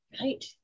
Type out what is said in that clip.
Right